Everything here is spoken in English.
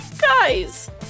guys